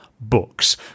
books